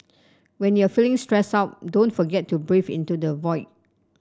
when you are feeling stressed out don't forget to breathe into the void